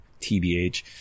TBH